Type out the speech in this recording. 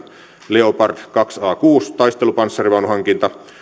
leopard kaksi a kuusi taistelupanssarivaunuhankinta